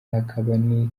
hakaba